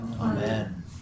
Amen